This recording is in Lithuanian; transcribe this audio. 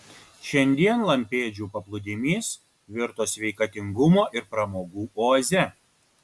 šiandien lampėdžių paplūdimys virto sveikatingumo ir pramogų oaze